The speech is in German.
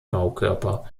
baukörper